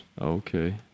Okay